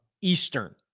Eastern